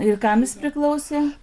ir kam jis priklausė